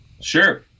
Sure